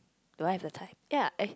do I have the time ya eh